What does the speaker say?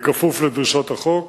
בכפוף לדרישות החוק,